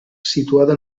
situada